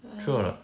what